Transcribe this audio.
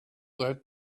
that